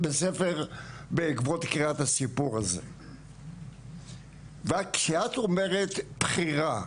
בעקבות קריאת הסיפור הזה וכשאת אומרת בחירה,